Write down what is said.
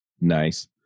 Nice